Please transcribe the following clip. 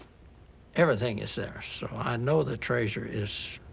everything is there. so i know the treasure is,